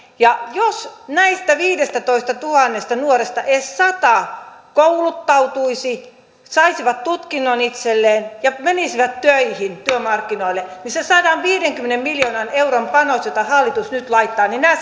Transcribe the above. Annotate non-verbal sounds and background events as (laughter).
ja jos näistä viidestätoistatuhannesta nuoresta edes sata kouluttautuisi saisi tutkinnon itselleen ja menisi töihin työmarkkinoille niin sillä sadanviidenkymmenen miljoonan euron panoksella jonka hallitus nyt laittaa nämä (unintelligible)